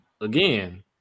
again